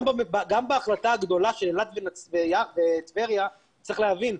גם בהחלטה הגדולה לגבי טבריה, צריך להבין,